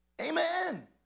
Amen